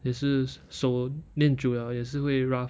也是手练久 liao 也是会 rough